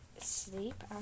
sleep